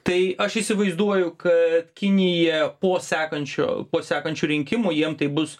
tai aš įsivaizduoju kad kinija po sekančio po sekančių rinkimų jiems tai bus